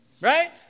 Right